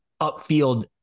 upfield